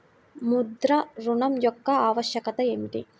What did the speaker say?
ముద్ర ఋణం యొక్క ఆవశ్యకత ఏమిటీ?